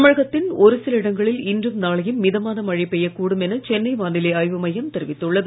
தமிழகத்தின் ஒருசில இடங்களில் இன்றும் நாளையும் மிதமான மழை பெய்யக் கூடும் என சென்னை வானிலை ஆய்வு மையம் தெரிவித்துள்ளது